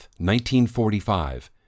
1945